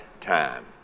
time